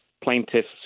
plaintiffs